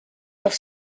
dels